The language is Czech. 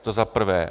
To za prvé.